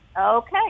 Okay